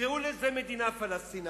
תקראו לזה מדינה פלסטינית,